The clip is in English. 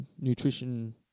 nutrition